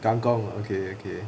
kangkong okay okay